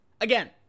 Again